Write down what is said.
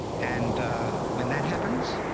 and when that happens,